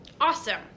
Awesome